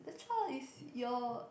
how is your